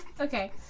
Okay